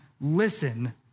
listen